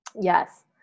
Yes